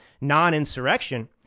non-insurrection